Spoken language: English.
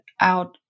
out